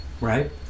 right